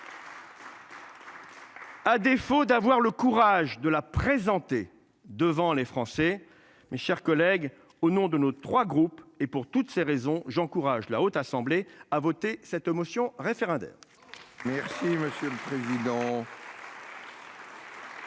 À défaut d'avoir le courage de la présenter devant les Français. Mes chers collègues, au nom de nos 3 groupes et pour toutes ces raisons, j'encourage la haute assemblée a voté cette motion référendaire. Je vais donner la parole